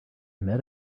met